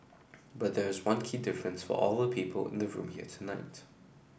but there is one key difference for all the people in the room here tonight